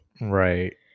Right